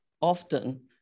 often